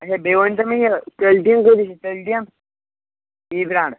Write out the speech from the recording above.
اچھا بیٚیہِ ؤنۍ تو مےٚ یہِ تِلہٕ ٹیٖن کۭتِس چھُ تِلہٕ ٹیٖن پی برٛینٛڈ